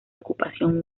ocupación